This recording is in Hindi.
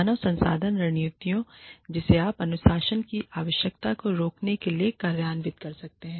मानव संसाधन रणनीतियों जिसे आप अनुशासन की आवश्यकता को रोकने के लिए कार्यान्वित कर सकते हैं